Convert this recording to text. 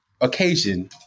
occasion